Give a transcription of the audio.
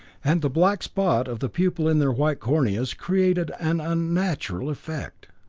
and the black spot of the pupil in their white corneas created an unnatural effect.